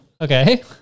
Okay